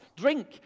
drink